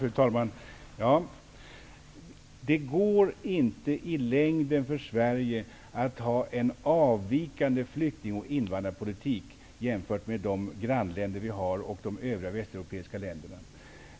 Fru talman! Det går inte i längden för Sverige att ha en avvikande flykting och invandrarpolitik jämfört med våra grannländer och övriga västeuropeiska länder.